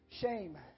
shame